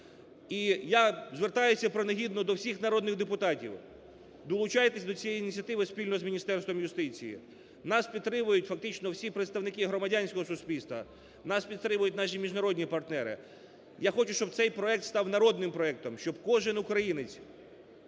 я звертаюся принагідно до всіх народних депутатів: долучайтесь до цієї ініціативи спільно з Міністерством юстиції. Нас підтримують фактично всі представники громадянського суспільства, нас підтримують наші міжнародні партнери. Я хочу, щоб цей проект став народним проектом, щоб кожен українець